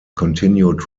continued